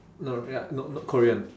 no ya no no korean